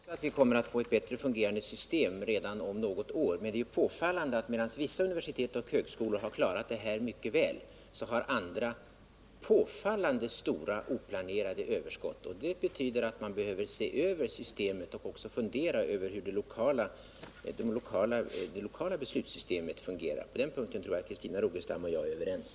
Herr talman! Jag tror också att vi kommer att få ett bättre fungerande system redan om något år, men det är påfallande att medan vissa universitet och högskolor har klarat det här systemet mycket väl har andra stora oplanerade överskott. Det betyder att man behöver se över planeringssystemet och fundera över hur det fungerar lokalt. På den punkten tror jag att Christina Rogestam och jag är överens.